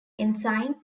ensign